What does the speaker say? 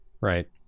right